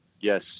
Yes